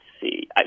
see